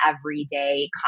everyday